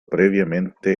previamente